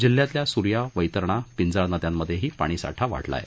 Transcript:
जिल्ह्यातल्या सूर्या वस्तिणा पिंजाळ नद्यांमध्ये ही आता पाणी साठा वाढला आहे